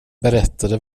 berättade